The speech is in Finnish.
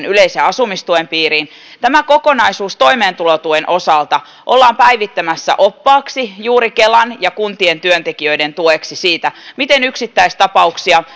yleisen asumistuen piiriin niin tämä kokonaisuus toimeentulotuen osalta ollaan päivittämässä oppaaksi juuri kelan ja kuntien työntekijöiden tueksi siitä miten näitä kaikkia yksittäistapauksia